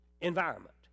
environment